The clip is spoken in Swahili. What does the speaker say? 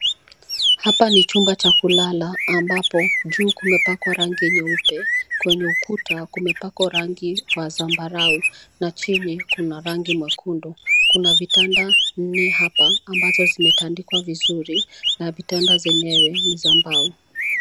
Hapa ni chumba cha kulala, ambapo juu kumepakwa rangi nyeupe. Kwenye ukuta, kumepakwa rangi ya zambarau na chini kuna rangi mwekundu. Kuna vitanda nne hapa ambazo zimetandikwa vizuri na vitanda zenyewe ni za mbao.